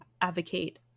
advocate